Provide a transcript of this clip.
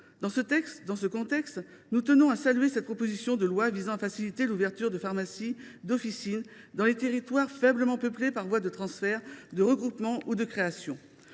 Dans ce contexte, nous tenons à saluer cette proposition de loi visant à faciliter l’ouverture d’officines dans les territoires faiblement peuplés au moyen de transferts, de regroupements ou de créations.